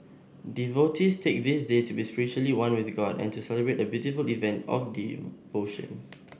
devotees take this day to be spiritually one with god and to celebrate a beautiful event of devotion